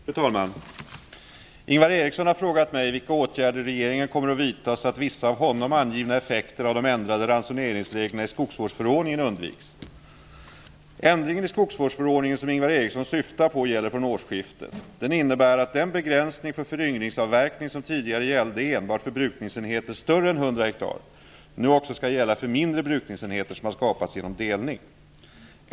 Fru talman! Ingvar Eriksson har frågat mig vilka åtgärder regeringen kommer att vidta så att vissa av honom angivna effekter av de ändrade ransoneringsreglerna i skogsvårdsförordningen undviks. Eriksson syftar på, gäller från årsskiftet. Den innebär att den begränsning för föryngringsavverkning som tidigare gällde enbart för brukningsenheter större än 100 ha nu också skall gälla för mindre brukningsenheter som har skapats genom delning.